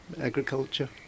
agriculture